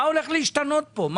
מה הולך להשתנות פה?